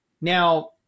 Now